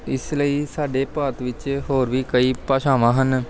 ਇਸ ਲਈ ਸਾਡੇ ਭਾਰਤ ਵਿੱਚ ਹੋਰ ਵੀ ਕਈ ਭਾਸ਼ਾਵਾਂ ਹਨ